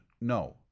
no